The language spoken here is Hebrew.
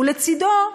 ולצדו הקישוט,